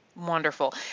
Wonderful